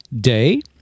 Day